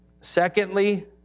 secondly